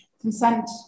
consent